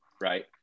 Right